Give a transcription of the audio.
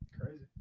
Crazy